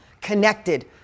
connected